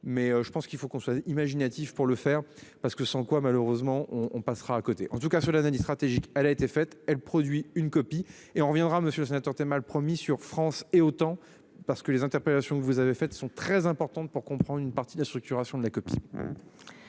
mais je pense qu'il faut qu'on soit imaginatif pour le faire parce que sans quoi, malheureusement on, on passera à côté en tout cas cela analyse stratégique. Elle a été faite elle produit une copie et on reviendra monsieur le sénateur, c'est mal promis sur France et autant parce que les interpellations que vous avez fait, sont très importante pour comprendre une partie de la structuration de la copie.